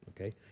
Okay